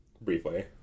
briefly